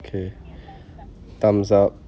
okay thumbs up